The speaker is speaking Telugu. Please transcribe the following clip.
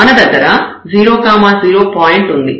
మన దగ్గర 0 0 పాయింట్ ఉంది